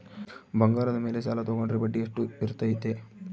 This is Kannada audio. ಬಂಗಾರದ ಮೇಲೆ ಸಾಲ ತೋಗೊಂಡ್ರೆ ಬಡ್ಡಿ ಎಷ್ಟು ಇರ್ತೈತೆ?